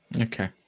Okay